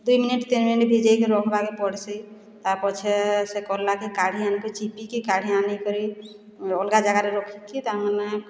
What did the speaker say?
ଦୁଇ ମିନିଟ୍ ତିନି ମିନିଟ୍ ଭିଜେଇକି ରଖ୍ବାକେ ପଡ଼୍ସି ତା ପଛେ ସେ କର୍ଲାକେ କାଢ଼ିଆଣିକି ଚିପିକି କାଢ଼ିଆଣିକରି ଅଲ୍ଗା ଜାଗାରେ ରଖିକି ତା ମାନେ